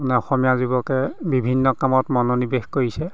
মানে অসমীয়া যুৱকে বিভিন্ন কামত মনোনিৱেশ কৰিছে